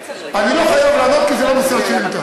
אני לא חייב לענות, כי זה לא נושא השאילתה.